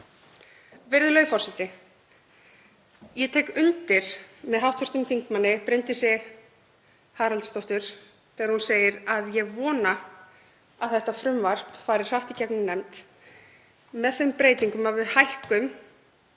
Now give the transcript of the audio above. Virðulegur forseti. Ég tek undir með hv. þm. Bryndísi Haraldsdóttur þegar hún segist vona að þetta frumvarp fari hratt í gegnum nefnd með þeim breytingum að við hækkum